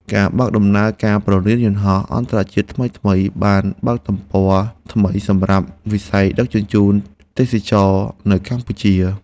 ការបើកដំណើរការព្រលានយន្តហោះអន្តរជាតិថ្មីៗបានបើកទំព័រថ្មីសម្រាប់វិស័យដឹកជញ្ជូនទេសចរណ៍នៅកម្ពុជា។